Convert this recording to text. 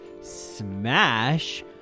Smash